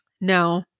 No